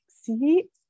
See